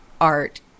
art